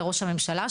לראש הממשלה,